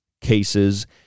cases